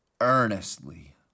earnestly